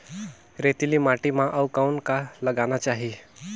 रेतीली माटी म अउ कौन का लगाना चाही?